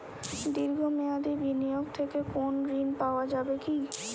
দীর্ঘ মেয়াদি বিনিয়োগ থেকে কোনো ঋন পাওয়া যাবে কী?